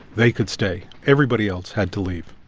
they could stay. everybody else had to leave.